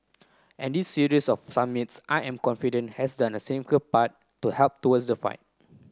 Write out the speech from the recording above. and this series of summits I am confident has done a significant part to help towards the fight